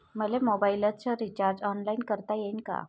मले मोबाईलच recharge online करता येईन का?